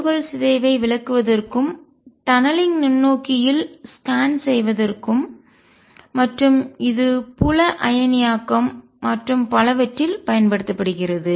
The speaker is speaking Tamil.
துகள் சிதைவை விளக்குவதற்கும் டநலிங்க் நுண்ணோக்கியில் ஸ்கேன் செய்வதற்கும் மற்றும் இது புல அயனியாக்கம் மற்றும் பலவற்றில் பயன்படுத்தப்படுகிறது